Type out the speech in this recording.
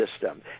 system